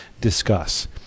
Discuss